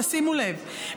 תשימו לב,